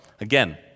Again